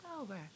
over